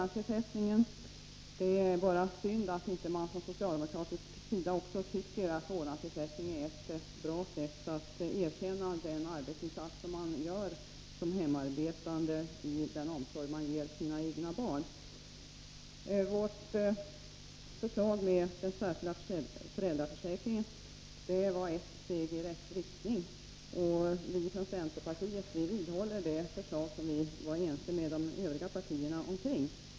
Det är synd att socialdemokraterna inte tycker att vårdnadsersättningen är ett bra sätt att erkänna den arbetsinsats som man som hemarbetande gör i den omsorg man ger sina egna barn. Vårt förslag om den särskilda föräldraförsäkringen var ett steg i rätt riktning. Vi från centerpartiet vidhåller det förslag som vi var ense med de övriga partierna om.